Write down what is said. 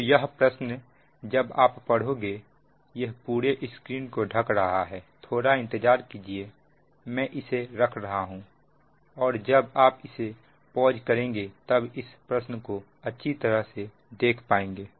तो यह प्रश्न जब आप पढ़ोगे यह पूरे स्क्रीन को ढक रहा है थोड़ा इंतजार कीजिए मैं इसे रख रहा हूं और जब आप इसे पॉज करेंगे तब इस प्रश्न को अच्छी तरह से देख पाएंगे